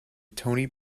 tony